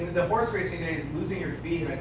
the horse racing days, losing your feed